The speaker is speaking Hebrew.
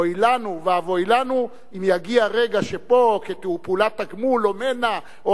אוי לנו ואבוי לנו אם יגיע רגע שפה כפעולת תגמול או מנע או